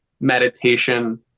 meditation